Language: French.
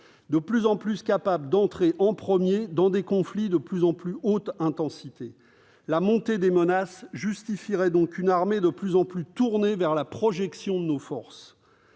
davantage capable d'« entrer en premier » dans des conflits de « plus en plus haute intensité ». La montée des menaces justifierait donc une armée de plus en plus tournée vers la projection de nos forces.